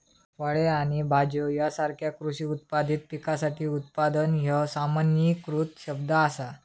फळे आणि भाज्यो यासारख्यो कृषी उत्पादित पिकासाठी उत्पादन ह्या सामान्यीकृत शब्द असा